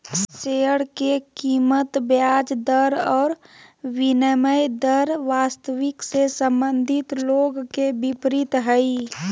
share के कीमत ब्याज दर और विनिमय दर वास्तविक से संबंधित लोग के विपरीत हइ